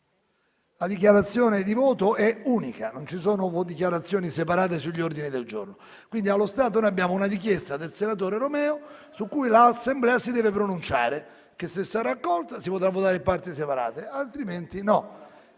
La dichiarazione di voto è unica, non ci sono dichiarazioni separate sugli ordini del giorno. Allo stato noi abbiamo una richiesta del senatore Romeo, su cui l'Assemblea si deve pronunciare. Se sarà accolta, si potrà votare la mozione per parti separate, altrimenti no.